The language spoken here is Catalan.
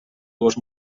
dues